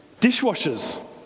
Dishwashers